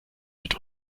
mit